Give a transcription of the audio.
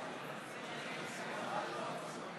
הצעת אי-אמון מטעם סיעת יש